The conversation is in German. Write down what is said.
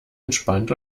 entspannt